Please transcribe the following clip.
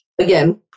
again